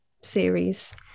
series